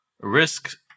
risk